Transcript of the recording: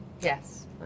Yes